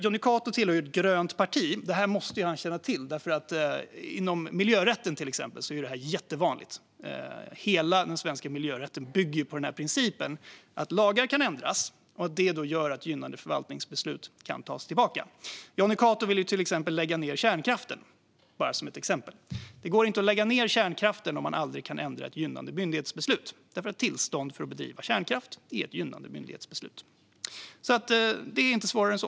Jonny Cato tillhör ett grönt parti och måste känna till detta. Inom till exempel miljörätten är detta jättevanligt. Hela den svenska miljörätten bygger ju på principen att lagar kan ändras, och det gör då att gynnande förvaltningsbeslut kan tas tillbaka. Jonny Cato vill till exempel lägga ned kärnkraften. Detta är bara ett exempel. Det går inte att lägga ned kärnkraften om man aldrig kan ändra ett gynnande myndighetsbeslut, för ett tillstånd för att bedriva kärnkraft är ett gynnande myndighetsbeslut. Det är alltså inte svårare än så.